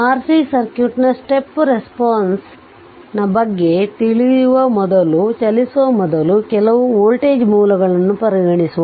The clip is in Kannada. RC ಸರ್ಕ್ಯೂಟ್ನ ಸ್ಟೆಪ್ ರೇಸ್ಪೋಂಸ್ ನ ಬಗ್ಗೆ ತಿಳುವ ಮೊದಲು ಚಲಿಸುವ ಮೊದಲು ಕೆಲವು ವೋಲ್ಟೇಜ್ ಮೂಲಗಳನ್ನು ಪರಿಗಣಿಸುವ